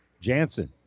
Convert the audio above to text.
Jansen